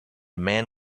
man